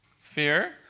Fear